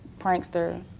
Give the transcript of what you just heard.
prankster